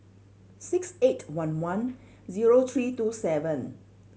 six eight one one zero three two seven